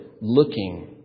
looking